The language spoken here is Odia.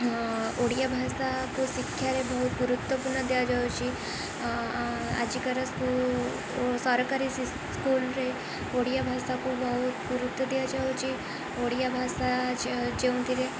ଓଡ଼ିଆ ଭାଷାକୁ ଶିକ୍ଷାରେ ବହୁତ ଗୁରୁତ୍ୱପୂର୍ଣ୍ଣ ଦିଆଯାଉଛି ଆଜିକା ସରକାରୀ ସ୍କୁଲରେ ଓଡ଼ିଆ ଭାଷାକୁ ବହୁତ ଗୁରୁତ୍ୱ ଦିଆଯାଉଛି ଓଡ଼ିଆ ଭାଷା ଯେଉଁଥିରେ